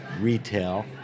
retail